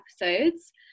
episodes